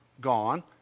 gone